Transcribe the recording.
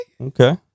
okay